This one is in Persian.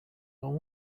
اون